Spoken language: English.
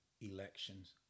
elections